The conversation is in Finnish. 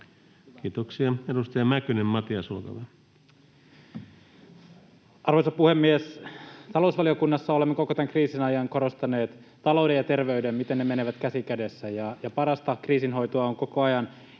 muuttamisesta Time: 14:25 Content: Arvoisa puhemies! Talousvaliokunnassa olemme koko tämän kriisin ajan korostaneet taloutta ja terveyttä ja sitä, miten ne menevät käsi kädessä, ja parasta kriisinhoitoa on koko ajan